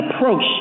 approach